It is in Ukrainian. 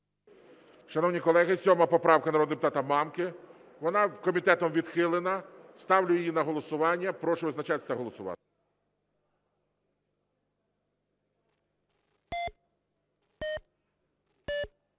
Шановні колеги, 7 поправка народного депутата Мамки. Вона комітетом відхилена. Ставлю її на голосування. Прошу визначатися та голосувати.